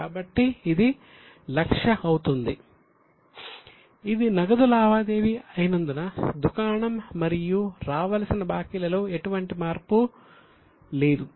కాబట్టి ఇది 100000 అవుతుంది ఇది నగదు లావాదేవీ అయినందున దుకాణం మరియు రావలసిన బాకీలలో ఎటువంటి మార్పు లేదు